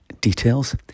details